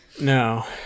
No